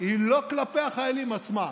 היא לא כלפי החיילים עצמם.